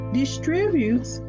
distributes